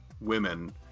women